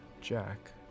Jack